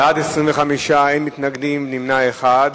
בעד, 25, אין מתנגדים, נמנע אחד.